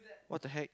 what the heck